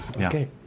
Okay